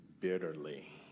bitterly